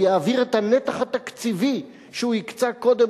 ויעביר את הנתח התקציבי שהוא הקצה קודם